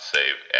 Save